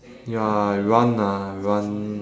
ya I run ah I run